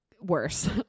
Worse